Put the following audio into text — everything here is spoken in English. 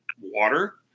water